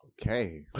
Okay